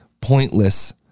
pointless